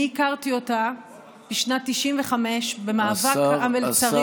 אני הכרתי אותה בשנת 1995 במאבק המלצריות,